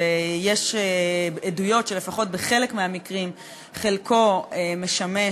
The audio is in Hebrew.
ויש עדויות שלפחות בחלק מהמקרים חלקו משמש